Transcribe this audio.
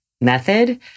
method